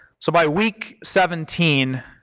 so by week seventeen